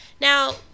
Now